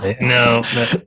No